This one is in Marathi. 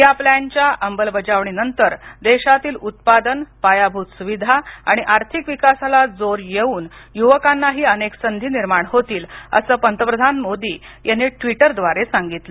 या प्लॅनच्या अंमलबजावणीनंतर देशातील उत्पादन पायाभूत सुविधा आणि आर्थिक विकासाला जोर येऊन युवकांनाही अनेक संधी निर्माण होतील असं पंतप्रधान मोदी यांनी ट्वीटद्वारे सांगितलं